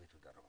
תודה רבה.